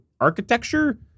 architecture